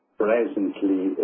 Presently